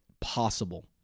possible